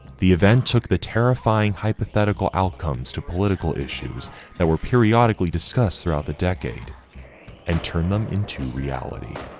the event took the terrifying hypothetical outcomes to political issues that were periodically discussed throughout the decade and turned them into reality.